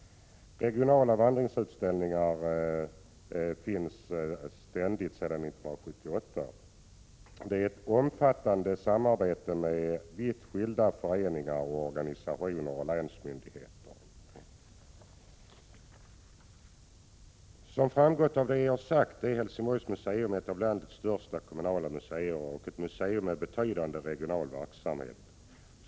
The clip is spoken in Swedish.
Regionala vandringsutställningar produceras sedan 1978 i ett omfattande samarbete med vitt skilda föreningar och organisationer och länsmyndigheter. Som framgått av det jag sagt är Helsingborgs museum ett av landets största kommunala museer med betydande regional verksamhet.